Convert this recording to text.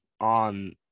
on